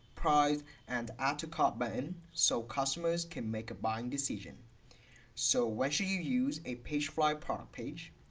price and add to cart button so customers can make a buying decision so when should you use a pagefly product page?